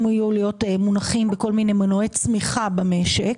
להיות מונחים בכל מיני מנועי צמיחה במשק,